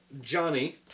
Johnny